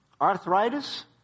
arthritis